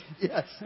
Yes